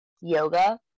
yoga